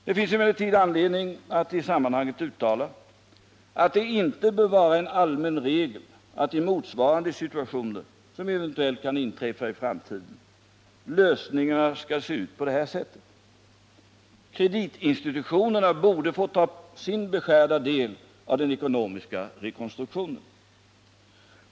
Det finns emellertid anledning att i sammanhanget uttala att det inte bör vara en allmän regel att i motsvarande situationer, som eventuellt kan inträffa i framtiden, lösningarna skall se ut på det här sättet. Kreditinstitutionerna borde få ta sin beskärda del av den ekonomiska rekonstruktionen.